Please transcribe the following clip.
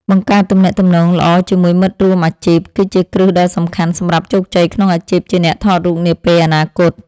បង្កើតទំនាក់ទំនងល្អជាមួយមិត្តរួមអាជីពគឺជាគ្រឹះដ៏សំខាន់សម្រាប់ជោគជ័យក្នុងអាជីពជាអ្នកថតរូបនាពេលអនាគត។